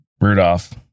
Rudolph